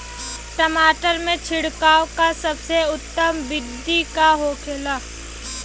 टमाटर में छिड़काव का सबसे उत्तम बिदी का होखेला?